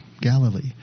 Galilee